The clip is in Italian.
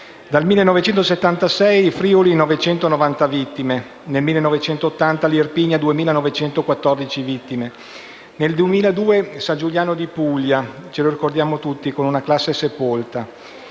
nel 1976 in Friuli, con 990 vittime; nel 1980 in Irpinia, con 2.914 vittime; nel 2002 a San Giuliano di Puglia (lo ricordiamo tutti, con una classe sepolta);